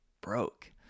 broke